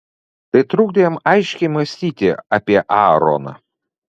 tai trukdė jam aiškiai mąstyti apie aaroną